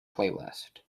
playlist